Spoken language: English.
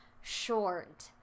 short